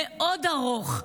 מאוד ארוך,